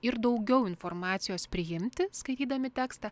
ir daugiau informacijos priimti skaitydami tekstą